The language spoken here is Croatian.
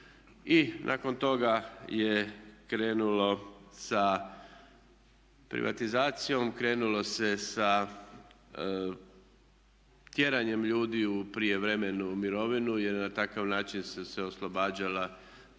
I nakon toga je krenulo sa privatizacijom, krenulo se sa tjeranjem ljudi u prijevremenu mirovinu jer na takav način su se oslobađala